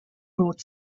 brought